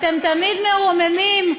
אתם תמיד מרוממים,